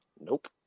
nope